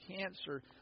cancer